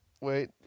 Wait